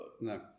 No